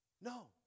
No